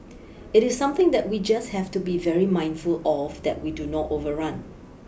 it is something that we just have to be very mindful of that we do not overrun